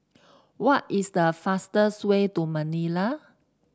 what is the fastest way to Manila